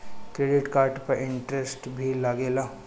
Credit card पे interest भी लागेला?